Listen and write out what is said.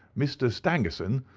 mr. stangerson,